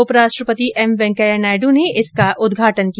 उपराष्ट्रपति एम वेंकैया नायड् ने इसका उद्घाटन किया